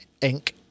Inc